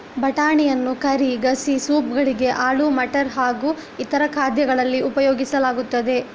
ಬಟಾಣಿಯನ್ನು ಕರಿ, ಗಸಿ, ಸೂಪ್ ಗಳಿಗೆ, ಆಲೂ ಮಟರ್ ಹಾಗೂ ಇತರ ಖಾದ್ಯಗಳಲ್ಲಿ ಉಪಯೋಗಿಸಲಾಗುತ್ತದೆ